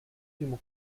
figlio